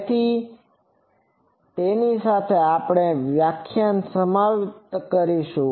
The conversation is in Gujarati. તેથી તેની સાથે આપણે આ વ્યાખ્યાનને સમાપ્ત કરીશું